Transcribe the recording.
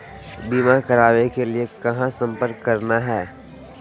बीमा करावे के लिए कहा संपर्क करना है?